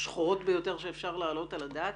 השחורות ביותר שאפשר להעלות על הדעת.